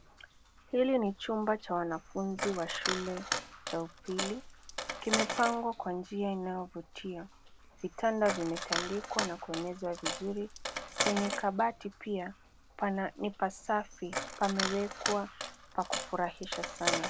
Hili ni chumba cha wanafunzi wa shule cha upili. Kimepangwa kwa njia inayovutia. Vitanda vimetandikwa na kuonyeshwa vizuri. Kwenye kabati pia, ni pasafi. Pamewekwa pa kufurahisha sana.